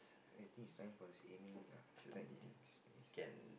I think it's time for his aiming ah